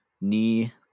Knee